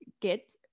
get